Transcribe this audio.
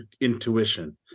intuition